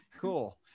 cool